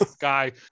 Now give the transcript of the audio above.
guy